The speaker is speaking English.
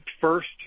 first